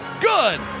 Good